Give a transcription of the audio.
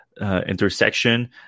intersection